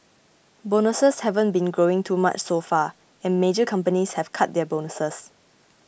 bonuses haven't been growing too much so far and major companies have cut their bonuses